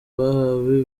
bahawe